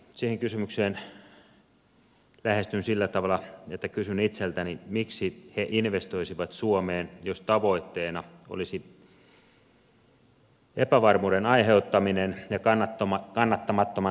sitä kysymystä lähestyn sillä tavalla että kysyn itseltäni miksi he investoisivat suomeen jos tavoitteena olisi epävarmuuden aiheuttaminen ja kannattamattoman liiketoiminnan harjoittaminen